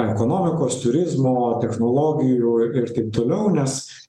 ekonomikos turizmo technologijų ir taip toliau nes